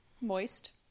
Moist